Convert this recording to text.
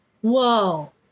Whoa